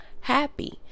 happy